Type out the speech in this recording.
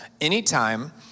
anytime